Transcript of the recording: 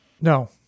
No